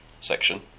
section